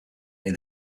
near